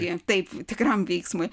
jie taip tikram veiksmui